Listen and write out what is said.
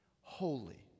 holy